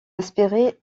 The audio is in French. inspiré